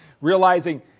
realizing